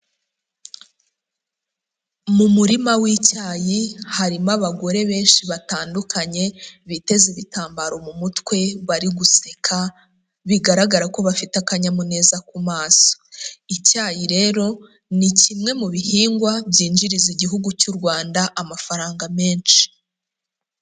Mu murima w'icyayi, harimo abagore benshi batandukanye, biteze ibitambaro mu mutwe, bari guseka, bigaragara ko bafite akanyamuneza ku maso, icyayi rero ni kimwe mu bihingwa byinjiriza igihugu cy'u Rwanda amafaranga menshi.